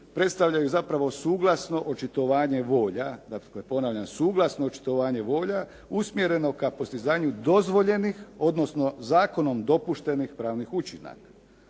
predstavljaju zapravo suglasno očitovanje volja, dakle ponavljam, suglasno očitovanje volja usmjereno ka postizanju dozvoljenih, odnosno zakonom dopuštenih pravnih učinaka.